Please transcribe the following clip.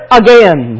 again